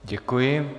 Děkuji.